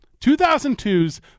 2002's